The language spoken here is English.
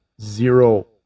zero